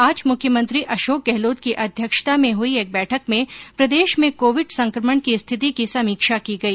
आज मुख्यमंत्री अशोक गहलोत की अध्यक्षता में हुई एक बैठक में प्रदेश में कोविड संक्रमण की स्थिति की समीक्षा की गई